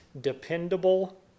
dependable